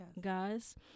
guys